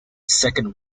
second